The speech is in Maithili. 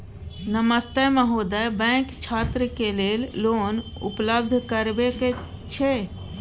नमस्ते महोदय, बैंक छात्र के लेल लोन उपलब्ध करबे छै?